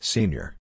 Senior